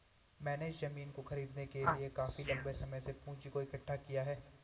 मैंने इस जमीन को खरीदने के लिए काफी लंबे समय से पूंजी को इकठ्ठा किया है